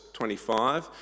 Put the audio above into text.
25